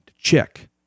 check